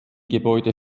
gebäude